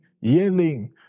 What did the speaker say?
yelling